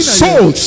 soul